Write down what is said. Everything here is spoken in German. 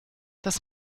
das